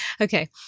Okay